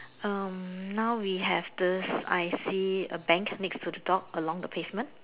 um now we have this I_C a bank next to the dock along the pavement